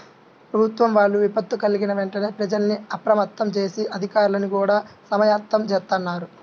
ప్రభుత్వం వాళ్ళు విపత్తు కల్గిన వెంటనే ప్రజల్ని అప్రమత్తం జేసి, అధికార్లని గూడా సమాయత్తం జేత్తన్నారు